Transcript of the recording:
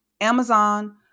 Amazon